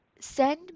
Send